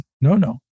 no-no